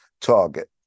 target